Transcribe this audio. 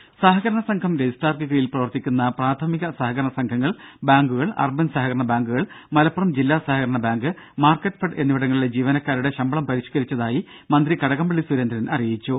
ദേദ സഹകരണ സംഘം രജിസ്ട്രാർക്ക് കീഴിൽ പ്രവർത്തിക്കുന്ന പ്രാഥമിക സഹകരണ സംഘങ്ങൾ ബാങ്കുകൾ അർബൻ സഹകരണ ബാങ്കുകൾ മലപ്പുറം ജില്ലാ സഹകരണ ബാങ്ക് മാർക്കറ്റ് ഫെഡ് എന്നിവിടങ്ങളിലെ ജീവനക്കാരുടെ ശമ്പളം പരിഷ്കരിച്ചതായി മന്ത്രി കടകംപള്ളി സുരേന്ദ്രൻ അറിയിച്ചു